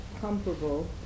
comparable